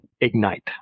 ignite